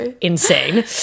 insane